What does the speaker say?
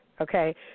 okay